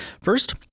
First